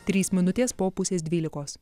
trys minutės po pusės dvylikos